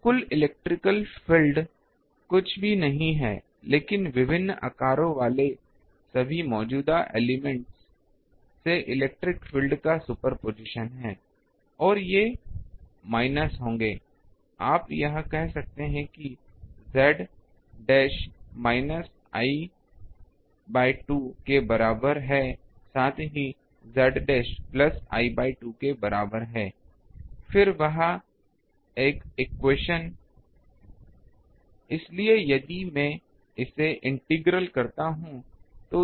तो कुल electrical field कुछ भी नहीं है लेकिन विभिन्न आकारों वाले सभी मौजूदा एलिमेंट से इलेक्ट्रिकल फील्ड का सुपरपोजिशन है और ये माइनस होंगे आप कह सकते हैं कि z डैश I2 के बराबर है साथ ही z डैश I2 के बराबर है फिर वह एक्वेशन Eq इसलिए यदि मैं इसे इंटीग्रल करता हूं तो यह z डैश होगा